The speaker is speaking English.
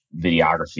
videography